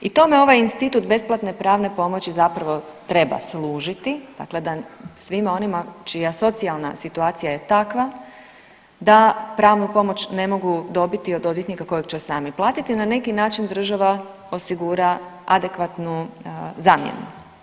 I tome ovaj institut besplatne pravne pomoći zapravo treba služiti, dakle da svima onima čija socijalna situacija je takva da pravnu pomoć ne mogu dobiti od odvjetnika kojeg će sami platiti na neki način država osigura adekvatnu zamjenu.